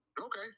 okay